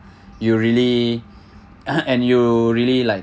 you really and you really like